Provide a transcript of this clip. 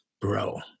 bro